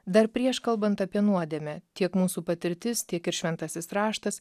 dar prieš kalbant apie nuodėmę tiek mūsų patirtis tiek ir šventasis raštas